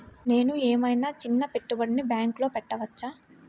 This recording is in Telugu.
నేను ఏమయినా చిన్న పెట్టుబడిని బ్యాంక్లో పెట్టచ్చా?